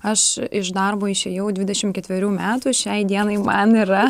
aš iš darbo išėjau dvidešim ketverių metų šiai dienai man yra